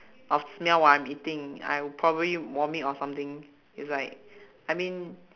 of smell while I'm eating I'll probably vomit or something it's like I mean